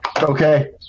okay